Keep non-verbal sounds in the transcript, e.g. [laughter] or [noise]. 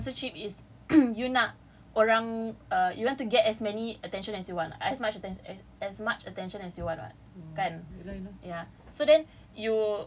cause the main point of sponsorship is [coughs] you nak orang uh you want to get as many attention as you want as much attention as much attention as you want [what] kan ya